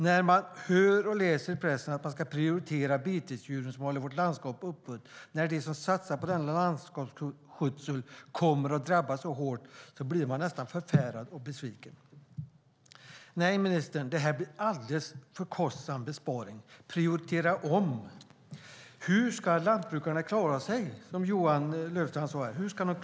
När man hör och läser i pressen att betesdjuren som håller vårt landskap öppet ska prioriteras, att de som satsar på denna landskapsskötsel kommer att drabbas hårt, blir man förfärad och besviken. Nej, ministern, det här är en alldeles för kostsam besparing. Prioritera om! Hur ska lantbrukarna klara sig? som Johan Löfstrand frågade.